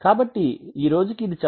కాబట్టి ఈరోజుకు ఇది చాలు